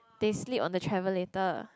they sleep on the travelator